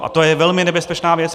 A to je velmi nebezpečná věc.